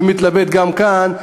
שהוא מתלבט גם כאן,